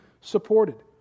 supported